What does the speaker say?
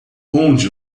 onde